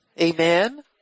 Amen